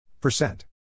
Percent